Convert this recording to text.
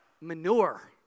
manure